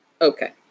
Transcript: Okay